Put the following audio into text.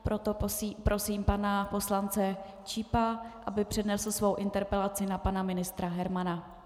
Proto prosím pana poslance Čípa, aby přednesl svoji interpelaci na pana ministra Hermana.